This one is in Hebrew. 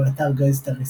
באתר "גיידסטאר ישראל"